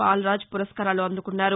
పాల్రాజ్ పురస్మారాలు అందుకున్నారు